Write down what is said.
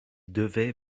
devait